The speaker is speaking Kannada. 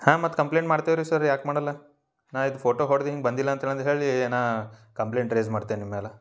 ಹಾಂ ಮತ್ತೆ ಕಂಪ್ಲೇಂಟ್ ಮಾಡ್ತೀವ್ರಿ ಸರ್ ಯಾಕೆ ಮಾಡಲ್ಲ ನಾ ಇದು ಫೋಟೋ ಹೊಡ್ದ ಹಿಂಗೆ ಬಂದಿಲ್ಲ ಅಂತೇಳಿ ಅಂದ ಹೇಳಿ ನಾ ಕಂಪ್ಲೇಂಟ್ ರೈಝ್ ಮಾಡ್ತೇನೆ ನಿಮ್ಮ ಮ್ಯಾಲ